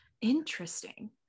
Interesting